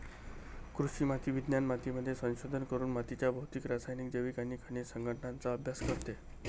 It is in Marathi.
कृषी माती विज्ञान मातीमध्ये संशोधन करून मातीच्या भौतिक, रासायनिक, जैविक आणि खनिज संघटनाचा अभ्यास करते